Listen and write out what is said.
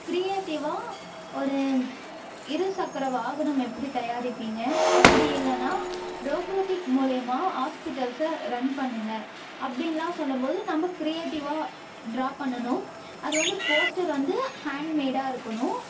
க்ரியேட்டிவாக ஒரு இரு சக்கர வாகனம் எப்படி தயாரிப்பிங்க அப்படி இல்லைனா ரோபோட்டிக் மூலியமாக ஹாஸ்ப்பிட்டல்ஸை ரன் பண்ணுங்கள் அப்படின்லாம் சொல்லும் போது நம்ப கிரியேட்டிவாக ட்ரா பண்ணனும் அது வந்து போஸ்ட்டர் வந்து ஹாண்ட் மேடாக இருக்கணும்